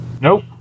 Nope